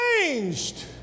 changed